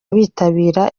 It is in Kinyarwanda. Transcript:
bitabira